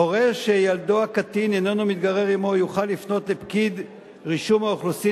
הורה שילדו הקטין איננו מתגורר עמו יוכל לפנות לפקיד רישום האוכלוסין